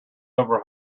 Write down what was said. over